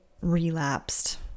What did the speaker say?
relapsed